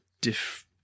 diff